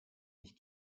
ich